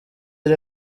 iri